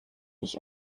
ich